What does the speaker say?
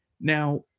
Now